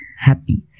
happy